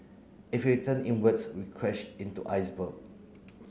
if we turn inwards we'll crash into iceberg